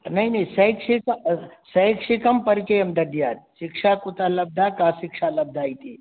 नहि नहि शैक्षिक शैक्षिकं परिचयं दद्यात् शिक्षा कुतः लब्धा का शिक्षा लब्धा इति